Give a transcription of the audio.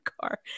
car